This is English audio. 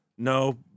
No